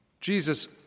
Jesus